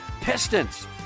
Pistons